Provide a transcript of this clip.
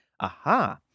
Aha